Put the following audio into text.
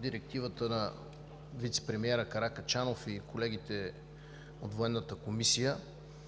директивата на вицепремиера Каракачанов и колегите от Военната комисия,